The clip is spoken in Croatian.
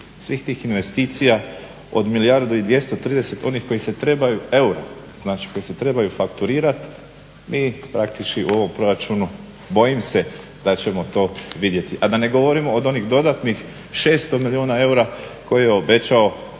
svih tih investicija od milijardu i 230 onih koji se trebaju, evo znači koji se trebaju fakturirati mi praktički u ovom proračunu bojim se da ćemo to vidjeti. A da ne govorimo o onih dodatnih 600 milijuna eura koje je obećao